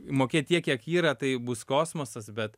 mokėt tiek kiek yra tai bus kosmosas bet